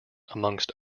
amongst